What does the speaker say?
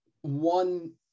one